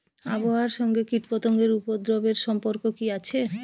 আবহাওয়ার সঙ্গে কীটপতঙ্গের উপদ্রব এর সম্পর্ক কি আছে?